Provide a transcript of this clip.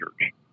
Church